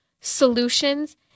solutions